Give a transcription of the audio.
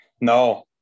No